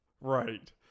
Right